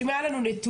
אם היו לנו נתונים,